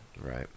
Right